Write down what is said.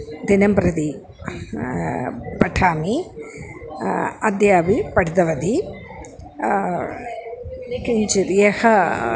दिनं प्रति पठामि अद्यपि पठितवती किञ्चित् यः